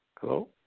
Hello